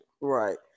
Right